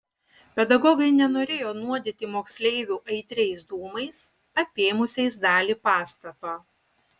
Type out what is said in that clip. pedagogai nenorėjo nuodyti moksleivių aitriais dūmais apėmusiais dalį pastato